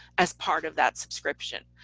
as part of that subscription.